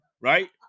right